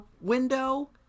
window